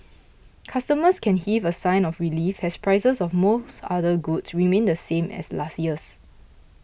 customers can heave a sigh of relief as prices of most other goods remain the same as last year's